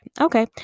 okay